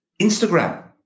Instagram